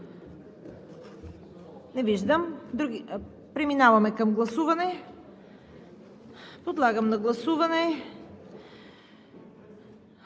Не виждам. Преминаваме към гласуване. Подлагам на гласуване